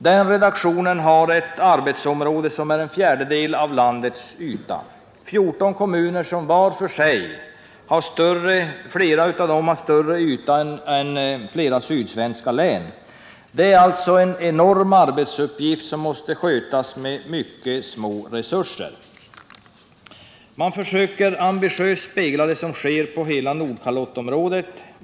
Där har redaktionen ett arbetsområde, som utgör en fjärdedel av landets yta och omfattar fjorton kommuner, varav flera till ytan är större än vissa sydsvenska län. En enorm arbetsuppgift måste skötas med mycket små resurser. Man försöker ambitiöst spegla det som sker i hela Nordkalottområdet.